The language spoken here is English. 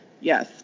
yes